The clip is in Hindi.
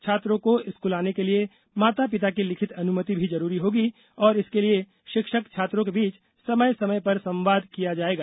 छात्रों को स्कूल आने के लिए माता पिता की लिखित अनुमति भी जरूरी होगी और इसके लिए शिक्षक छात्रों के बीच समय समय पर संवाद किया जाएगा